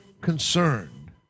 concerned